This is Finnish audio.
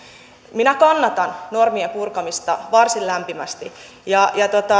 minä kannatan normien purkamista varsin lämpimästi